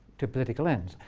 to political ends.